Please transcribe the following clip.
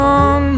on